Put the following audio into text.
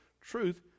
truth